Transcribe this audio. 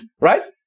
right